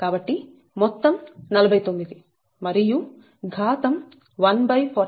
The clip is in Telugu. కాబట్టి మొత్తం 49 మరియు ఘాతం 149